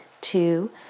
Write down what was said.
two